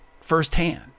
firsthand